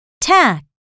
tack